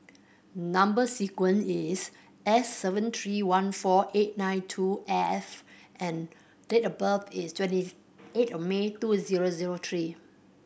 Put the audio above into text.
number sequence is S seven three one four eight nine two F and date of birth is twenty eight May two zero zero three